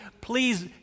please